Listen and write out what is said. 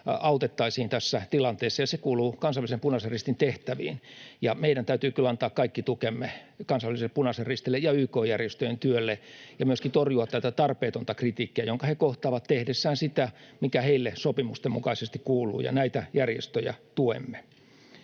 autettaisiin tässä tilanteessa, ja se kuuluu kansainvälisen Punaisen Ristin tehtäviin. Meidän täytyy kyllä antaa kaikki tukemme kansainväliselle Punaiselle Ristille ja YK-järjestöjen työlle ja myöskin torjua tätä tarpeetonta kritiikkiä, jonka he kohtaavat tehdessään sitä, mikä heille sopimusten mukaisesti kuuluu, ja näitä järjestöjä tuemme.